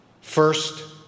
First